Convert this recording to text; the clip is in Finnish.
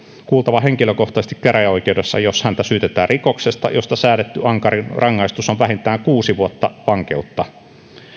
kuultava henkilökohtaisesti käräjäoikeudessa jos häntä syytetään rikoksesta josta säädetty ankarin rangaistus on vähintään kuusi vuotta vankeutta